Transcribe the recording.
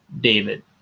david